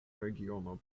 regiono